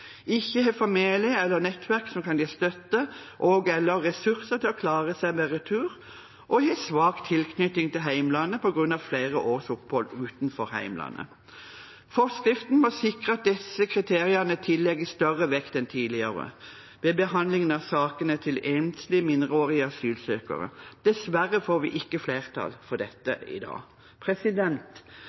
ikke har familie eller nettverk som kan gi støtte og/eller ressurser til å klare seg ved retur, og har svak tilknytning til hjemlandet på grunn av flere års opphold utenfor hjemlandet. Forskriften må sikre at disse kriteriene tillegges større vekt enn tidligere ved behandlingen av sakene til enslige mindreårige asylsøkere. Dessverre får vi ikke flertall for dette i dag.